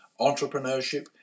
entrepreneurship